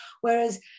Whereas